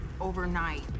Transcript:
Overnight